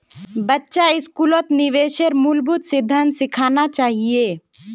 बच्चा स्कूलत निवेशेर मूलभूत सिद्धांत सिखाना चाहिए